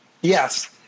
yes